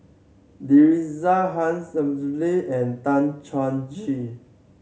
Teresa Hsu and Tan Chuan Jin